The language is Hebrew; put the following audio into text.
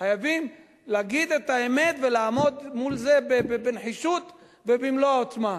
חייבים להגיד את האמת ולעמוד מול זה בנחישות ובמלוא העוצמה.